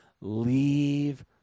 leave